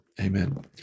Amen